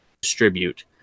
distribute